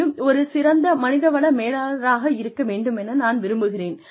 மேலும் ஒரு சிறந்த மனித வள மேலாளராக இருக்க வேண்டுமென நான் விரும்புகிறேன்